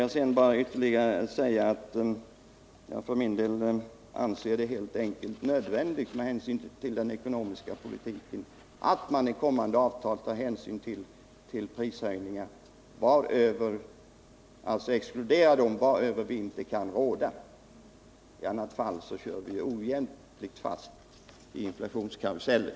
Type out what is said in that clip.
Får jag bara ytterligare säga att jag för min del helt enkelt anser det nödvändigt med hänsyn till den ekonomiska politiken att man i kommande avtal exkluderar de prishöjningar varöver vi inte kan råda. I annat fall kör vi ohjälpligt fast i inflationskarusellen.